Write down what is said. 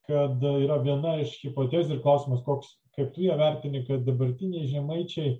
kad yra viena iš hipotezių ir klausimas koks kaip tu ją vertini kad dabartiniai žemaičiai